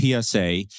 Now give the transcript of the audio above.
PSA